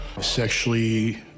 sexually